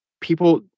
people